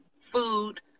food